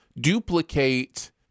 duplicate